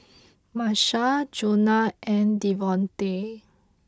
Marsha Jonah and Devontae